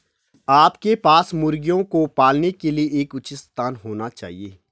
आपके पास मुर्गियों को पालने के लिए एक उचित स्थान होना चाहिए